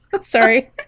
Sorry